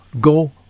go